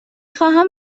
خواهم